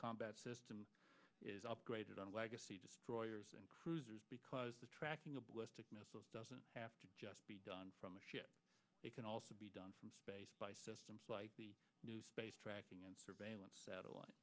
combat system is upgraded on legacy destroyers and cruisers because the tracking of missiles doesn't have to just be done from a ship it can also be done from space by systems like the new space tracking and surveillance satellite